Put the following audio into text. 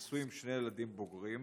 נשוי עם שני ילדים בוגרים,